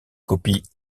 copie